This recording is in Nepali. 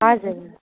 हजुर